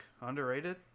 Underrated